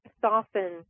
soften